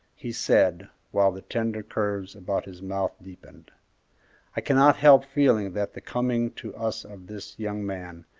he said, while the tender curves about his mouth deepened i cannot help feeling that the coming to us of this young man,